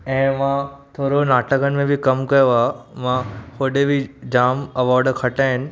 ऐं मां थोरो नाटकनि मे बि कमु कयो आहे मां होॾे बि जाम अवार्ड खटिया आहिनि